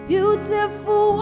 Beautiful